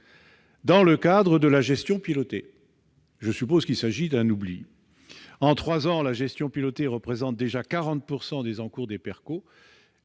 dans le cadre de la gestion pilotée. Je suppose qu'il s'agit d'un oubli. Après trois ans, la gestion pilotée concerne déjà 40 % des encours des PERCO,